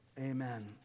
amen